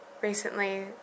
recently